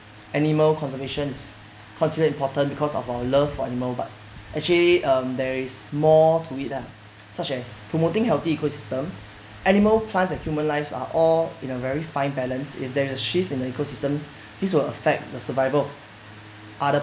animal conservation is considered important because of our love for animal but actually um there is more to it lah such as promoting healthy ecosystem animal plants and human lives are all in a very fine balance if there is a shift in the ecosystem this will affect the survival of other